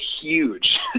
huge